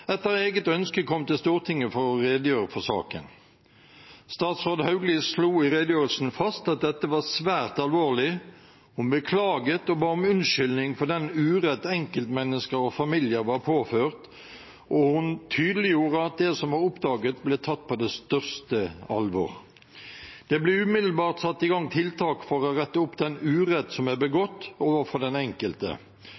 etter eget ønske kom til Stortinget for å redegjøre for saken. Statsråd Hauglie slo i redegjørelsen fast at dette var svært alvorlig. Hun beklaget og ba om unnskyldning for den urett enkeltmennesker og familier var påført, og hun tydeliggjorde at det som var oppdaget, ble tatt på det største alvor. Det ble umiddelbart satt i gang tiltak for å rette opp den urett som er